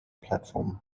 platform